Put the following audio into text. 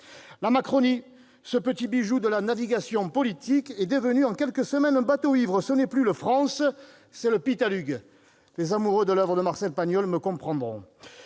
La Macronie, ce petit bijou de la navigation politique, est devenue en quelques semaines un bateau ivre ! Ce n'est plus le, c'est le- les amoureux de l'oeuvre de Marcel Pagnol me comprendront.